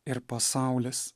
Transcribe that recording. ir pasaulis